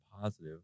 positive